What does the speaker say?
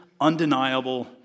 undeniable